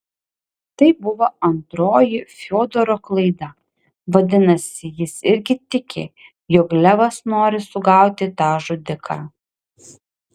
tai buvo antroji fiodoro klaida vadinasi jis irgi tiki jog levas nori sugauti tą žudiką